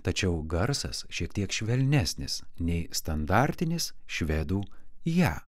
tačiau garsas šiek tiek švelnesnis nei standartinis švedų ją